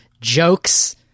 jokes